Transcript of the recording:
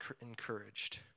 encouraged